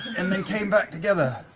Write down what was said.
and then came back together.